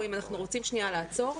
או אם אנחנו רוצים שנייה לעצור,